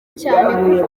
cyane